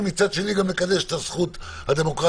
ומצד שני גם לקדש את הזכות הדמוקרטית,